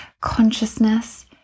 consciousness